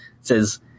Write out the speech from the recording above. says